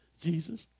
Jesus